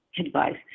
advice